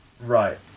Right